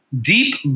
deep